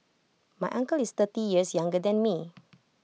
my uncle is thirty years younger than me